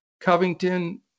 Covington